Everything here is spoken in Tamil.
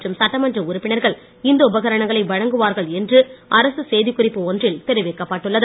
மற்றும் சட்டமன்ற உறுப்பினர்கள் இந்த உபகரணங்களை வழங்குவார்கள் என்று அரசு செய்திக்குறிப்பு ஒன்றில் தெரிவிக்கப் பட்டுள்ளது